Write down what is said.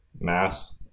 mass